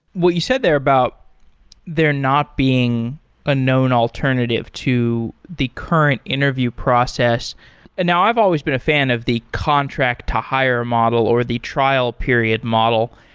what you said there about there not being a known alternative to the current interview process and now i've always been a fan of the contract to hire model, or the trial period model.